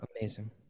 amazing